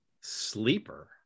sleeper